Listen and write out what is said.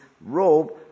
robe